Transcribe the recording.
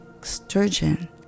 sturgeon